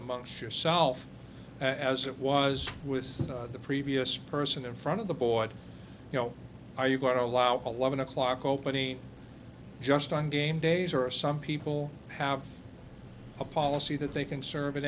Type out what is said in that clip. amongst yourself as it was with the previous person in front of the board you know are you going to allow eleven o'clock opening just on game days or are some people have a policy that they can serve i